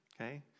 okay